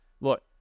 look